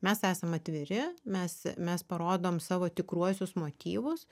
mes esam atviri mes mes parodom savo tikruosius motyvus